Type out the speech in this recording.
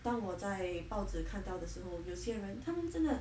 当我在报纸看到的时候有些人他们真的